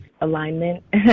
alignment